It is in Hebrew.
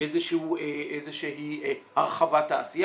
איזושהי הרחבת העשייה.